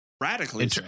Radically